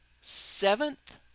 Seventh